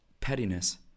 pettiness